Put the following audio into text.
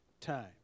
time